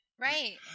Right